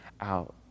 out